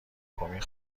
کمک